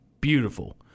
beautiful